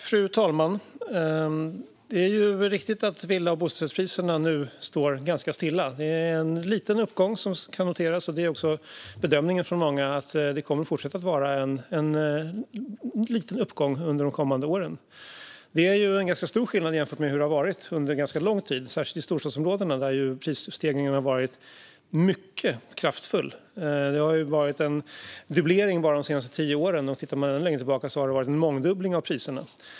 Fru talman! Det är riktigt att villa och bostadsrättspriserna nu står ganska stilla. En liten uppgång kan noteras. Det är bedömningen från många att det också kommer att fortsätta vara en liten uppgång under de kommande åren. Det är nu en ganska stor skillnad jämfört med hur det har varit under en ganska lång tid, särskilt i storstadsområden där ju prisstegringarna har varit mycket kraftfulla. Det har varit en dubblering bara de senaste tio åren, och om man går ännu längre tillbaka har det varit en mångdubbling av priserna.